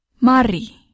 Mari